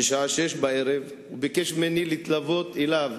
בשעה 18:00. הוא ביקש ממני להתלוות אליו,